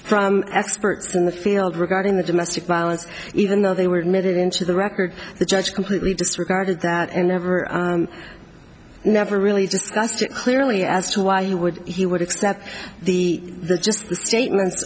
from experts in the field regarding the domestic violence even though they were made it into the record the judge completely disregarded that and never never really discussed it clearly as to why he would he would accept the the just statements